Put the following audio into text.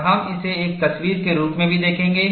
और हम इसे एक तस्वीर के रूप में भी देखेंगे